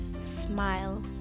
smile